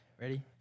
Ready